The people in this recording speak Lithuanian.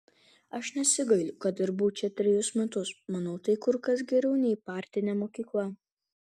aš nesigailiu kad dirbau čia trejus metus manau tai kur kas geriau nei partinė mokykla